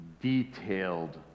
detailed